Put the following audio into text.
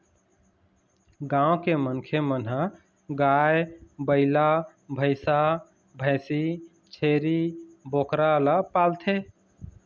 गाँव के मनखे मन ह गाय, बइला, भइसा, भइसी, छेरी, बोकरा ल पालथे